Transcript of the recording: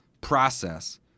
process